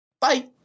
Bye